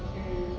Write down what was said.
mm